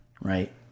right